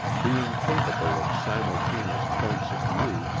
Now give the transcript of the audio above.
being capable of simultaneous points of view,